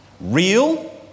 real